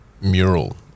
mural